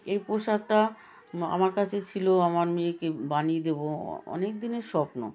এই পোশাকটা আমার কাছে ছিল আমার মেয়েকে বানিয়ে দেব অনেক দিনের স্বপ্ন